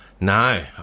No